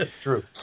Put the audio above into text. true